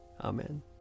Amen